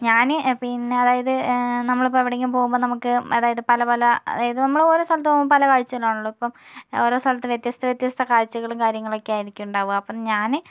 ഞാൻ പിന്നെ അതായത് നമ്മളിപ്പോൾ എവിടെയെങ്കിലും പോവുമ്പം നമുക്ക് അതായത് പല പല അതായത് നമ്മൾ ഓരോ സ്ഥലത്ത് പോവുമ്പോൾ പല കാഴ്ച്ചകളാണല്ലോ ഇപ്പം ഓരോ സ്ഥലത്തും വ്യത്യസ്ത വ്യത്യസ്ത കാഴ്ച്ചകളും കാര്യങ്ങളൊക്കെയായിരിക്കും ഉണ്ടാവുക അപ്പം ഞാൻ